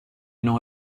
non